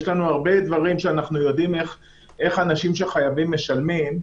יש לנו הרבה דברים שאנחנו יודעים איך אנשים שחייבים משלמים.